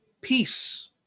peace